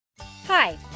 Hi